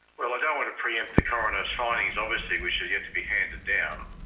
well i don't want to pre-empt the coroner's findings obviously which are yet to be handed down.